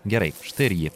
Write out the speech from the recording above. gerai štai ir ji